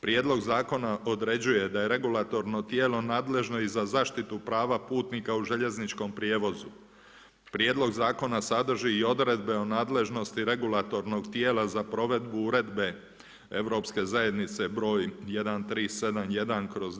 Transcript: Prijedlog zakona određuje da je regulatorno tijelo nadležno i za zaštitu prava putnika u željezničkom prijevozu, prijedlog zakon sadrži o odredbe o nadležnosti regulatornog tijela za provedbu Uredbe Europske zajednice br. 1371/